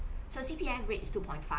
so C_P_F's rate two point five